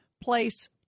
place